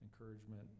encouragement